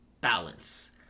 balance